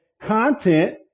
content